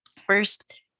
First